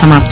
समाप्त